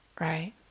right